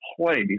place